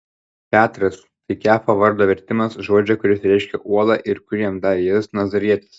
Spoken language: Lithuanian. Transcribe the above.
petras tai kefo vardo vertimas žodžio kuris reiškia uolą ir kurį jam davė jėzus nazarietis